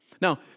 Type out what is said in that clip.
Now